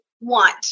want